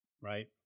right